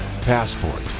Passport